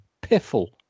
piffle